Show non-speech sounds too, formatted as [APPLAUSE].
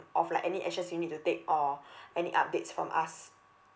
of like any actions you need to take or [BREATH] any updates from us